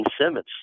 Simmons